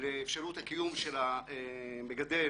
לאפשרות קיום של המגדל